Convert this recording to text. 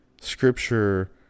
scripture